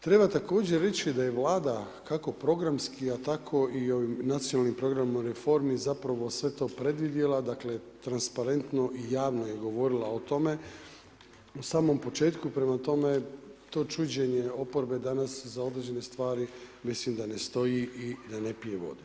Treba također reći da je Vlada kako programski a tako i ovim nacionalnim programom reformi zapravo sve to predvidjela dakle transparentno i javno je govorila o tome na samom početku, prema tome to čuđenje oporbe danas za određene stvari mislim da ne stoji i da ne piju vodu.